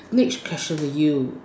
next question to you